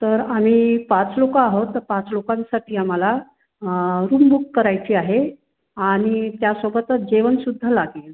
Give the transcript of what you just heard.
तर आम्ही पाच लोकं आहोत तर पाच लोकांसाठी आम्हाला रूम बुक करायची आहे आणि त्यासोबतच जेवणसुद्धा लागेल